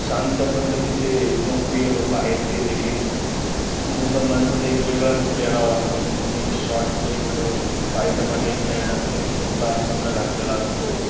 शांत पद्धतीचे लोकप्रिय लोक आहेत ते देखील मुसलमानचा तर एक वेगळाच पेहराव असतो त्यांची ती शॉर्ट एक पायजमा टाईप पँन्ट असते न कुर्ता सदरा घातलेला असतो